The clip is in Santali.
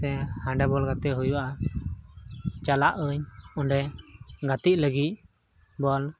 ᱥᱮ ᱦᱟᱸᱰᱮ ᱵᱚᱞ ᱜᱟᱛᱮᱜ ᱦᱩᱭᱩᱜᱼᱟ ᱪᱟᱞᱟᱜ ᱟᱹᱧ ᱚᱸᱰᱮ ᱜᱟᱛᱮᱜ ᱞᱟᱹᱜᱤᱫ ᱵᱚᱞ